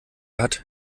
hat